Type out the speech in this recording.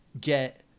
get